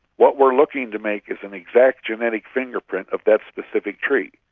what we are looking to make is an exact genetic fingerprint of that specific tree.